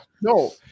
no